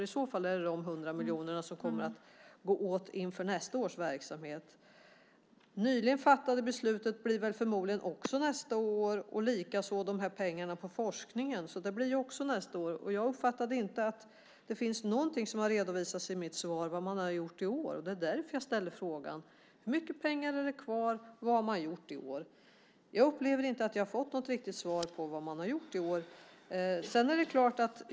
I så fall är det de 100 miljoner som kommer att gå åt för nästa års verksamhet. Det nyligen fattade beslutet blir förmodligen också genomfört nästa år. Det gäller likaså pengarna för forskningen. Det blir också nästa år. Jag uppfattade inte att det finns någonting redovisat i svaret till mig om vad man har gjort i år. Det var därför jag ställde frågan. Hur mycket pengar är det kvar? Vad har man gjort i år? Jag upplever inte att jag har fått något riktigt svar på vad man har gjort i år.